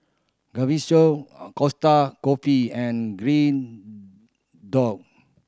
Gaviscon Costa Coffee and Green Dot